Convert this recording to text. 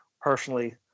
personally